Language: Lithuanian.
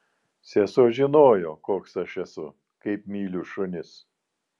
sesuo žinojo koks aš esu kaip myliu šunis